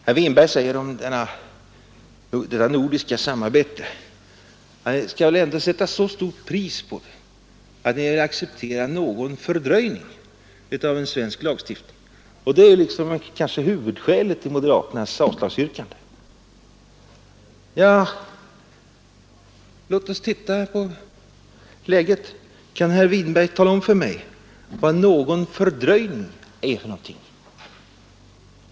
Herr Winberg säger om detta nordiska samarbete att vi skall väl ändå sätta så stort pris på det att vi accepterar någon fördröjning av en svensk lagstiftning. Det är kanske huvudskälet till moderaternas avslagsyrkande. Låt oss titta på läget! Kan herr Winberg tala om för mig vad ”någon fördröjning” är för någonting?